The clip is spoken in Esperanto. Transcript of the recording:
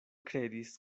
kredis